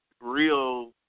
real